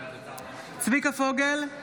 צביקה פוגל,